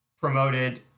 promoted